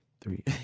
three